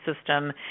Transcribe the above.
system